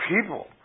people